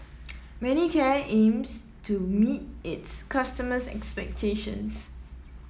manicare aims to meet its customers' expectations